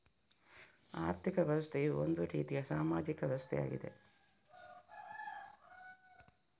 ಆರ್ಥಿಕ ವ್ಯವಸ್ಥೆಯು ಒಂದು ರೀತಿಯ ಸಾಮಾಜಿಕ ವ್ಯವಸ್ಥೆಯಾಗಿದೆ